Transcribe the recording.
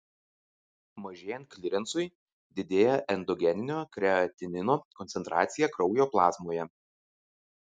mažėjant klirensui didėja endogeninio kreatinino koncentracija kraujo plazmoje